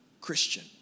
Christian